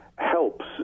helps